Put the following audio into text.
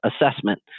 assessment